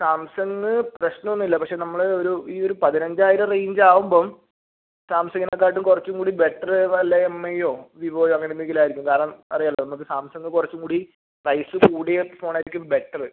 Samsung പ്രശ്നമൊന്നുമില്ല പക്ഷേ നമ്മൾ ഒരു ഈയൊരു പതിനഞ്ചായിരം റേഞ്ച് ആവുമ്പോൾ സാംസങ്ങിനെക്കാട്ടും കുറച്ചും കൂടി ബെറ്റർ വല്ല എം ഐയോ വിവോയോ അങ്ങനെ എന്തെങ്കിലും ആയിരിക്കും കാരണം അറിയാമല്ലോ നമുക്ക് സാംസങ്ങ് കുറച്ചും കൂടി പ്രൈസ് കൂടിയ ഫോണായിരിക്കും ബെറ്റർ